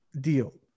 deal